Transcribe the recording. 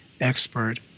expert